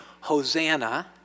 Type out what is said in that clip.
Hosanna